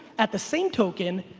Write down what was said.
at the same token,